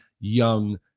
young